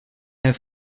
have